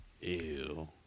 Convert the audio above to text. Ew